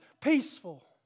peaceful